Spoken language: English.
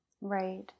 Right